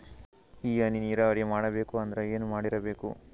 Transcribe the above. ಈ ಹನಿ ನೀರಾವರಿ ಮಾಡಬೇಕು ಅಂದ್ರ ಏನ್ ಮಾಡಿರಬೇಕು?